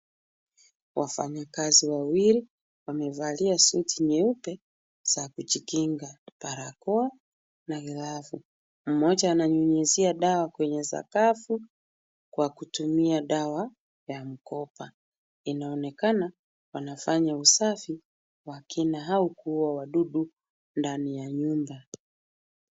Wafanyikazi wawili wamevalia suti nyeupe za kujikinga na barakoa na glavu. Mmoja ananyunyizia dawa kwenye sakafu kwa kutumia dawa ya mkopa, inaonekana wanafanya usafi wa kina au kuua wadudu ndani ya nyumba.